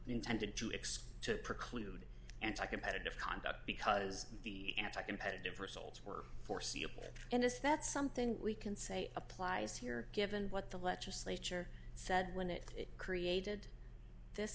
intended to expose to preclude anti competitive conduct because the anti competitive results were foreseeable and if that's something we can say applies here given what the legislature said when it created this